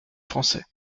français